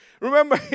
Remember